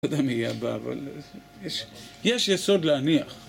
יש יסוד להניח.